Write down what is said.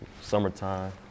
summertime